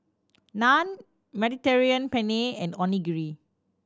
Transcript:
Naan Mediterranean Penne and Onigiri